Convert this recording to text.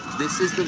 this is